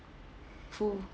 full